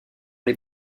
les